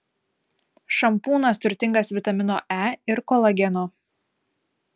šampūnas turtingas vitamino e ir kolageno